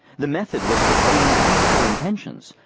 the method was to feign peaceful intentions,